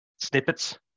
snippets